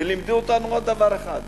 עוד דבר אחד.